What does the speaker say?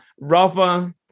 Rafa